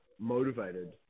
motivated